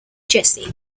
jesse